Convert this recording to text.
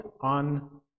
on